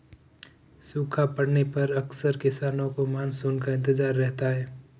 सूखा पड़ने पर अक्सर किसानों को मानसून का इंतजार रहता है